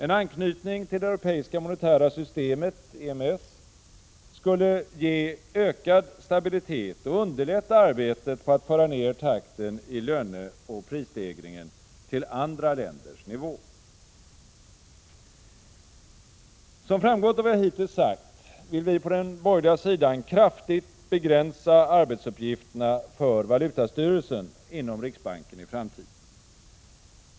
En anknytning till det europeiska monetära systemet skulle ge ökad stabilitet och underlätta arbetet på att föra ned takten i löneoch prisstegringen till andra länders nivå. Som framgår av vad jag hittills sagt vill vi på den borgerliga sidan kraftigt begränsa arbetsuppgifterna för valutastyrelsen inom riksbanken i framtiden.